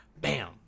bam